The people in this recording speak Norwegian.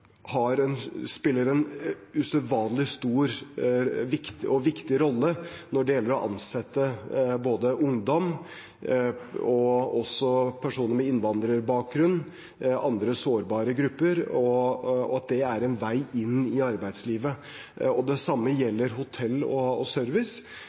spiller en usedvanlig stor og viktig rolle når det gjelder å ansette både ungdom, personer med innvandrerbakgrunn og andre sårbare grupper at det er en vei inn i arbeidslivet. Det samme gjelder hotell og service. En av mine bekymringer i denne krisen er nettopp at det